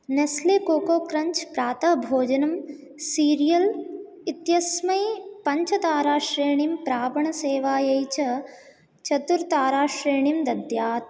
Nestle coco crunch प्रातः भोजनम् cereal इत्यस्मै पञ्चताराश्रेणीम् प्रापणसेवायै च चतुर्ताराश्रेणी दद्यात्